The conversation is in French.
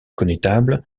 connétable